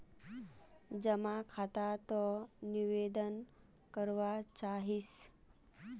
जमा खाता त निवेदन करवा चाहीस?